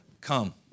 Come